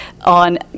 on